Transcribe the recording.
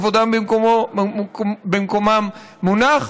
כבודן במקומם מונח,